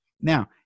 Now